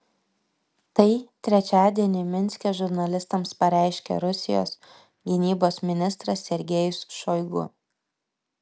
tai trečiadienį minske žurnalistams pareiškė rusijos gynybos ministras sergejus šoigu